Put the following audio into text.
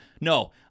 No